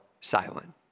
silent